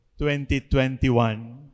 2021